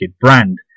brand